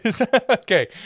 Okay